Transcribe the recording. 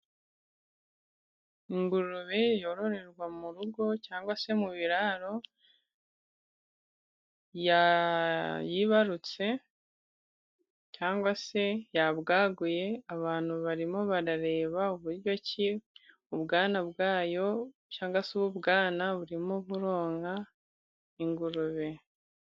Ingurube yororerwa mu rugo cyangwa se mu biraro yibarutse cyangwa se yabwaguye. Abantu barimo barareba uburyo iki kibwana cyangwa se ubwana burimo buronka ingurube.